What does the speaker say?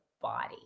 body